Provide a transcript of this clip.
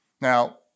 Now